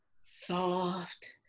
soft